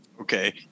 Okay